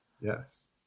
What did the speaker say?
Yes